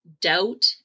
doubt